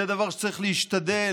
זה דבר שצריך להשתדל